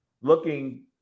looking